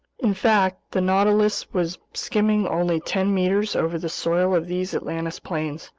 in fact, the nautilus was skimming only ten meters over the soil of these atlantis plains.